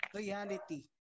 reality